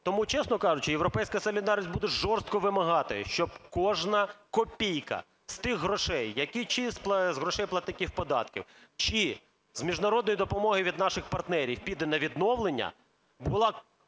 тому, чесно кажучи, "Європейська солідарність" буде жорстко вимагати, щоб кожна копійка з тих грошей, які чи з грошей платників податків, чи з міжнародної допомоги від наших партнерів піде на відновлення, була